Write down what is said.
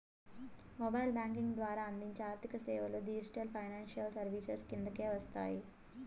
mobile banking ద్వారా అందించే ఆర్థిక సేవలు డిజిటల్ ఫైనాన్షియల్ సర్వీసెస్ కిందకే వస్తాయి